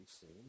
seen